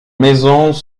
maisons